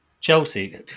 Chelsea